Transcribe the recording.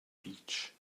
beach